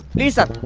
these are